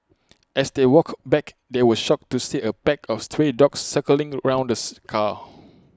as they walked back they were shocked to see A pack of stray dogs circling around this car